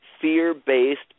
fear-based